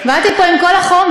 באתי לפה עם כל החומר.